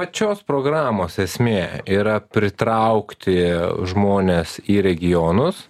pačios programos esmė yra pritraukti žmones į regionus